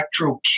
electrochemistry